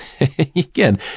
again